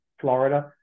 Florida